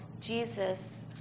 Jesus